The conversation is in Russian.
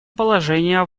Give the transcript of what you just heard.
положение